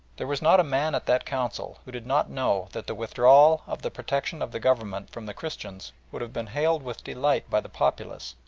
there was not a man at that council who did not know that the withdrawal of the protection of the government from the christians would have been hailed with delight by the populace,